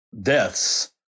deaths